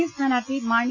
F സ്ഥാനാർത്ഥി മാണി